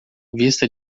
vista